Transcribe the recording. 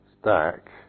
stack